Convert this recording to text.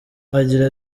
agira